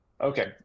Okay